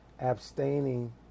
abstaining